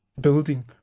building